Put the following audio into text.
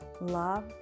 love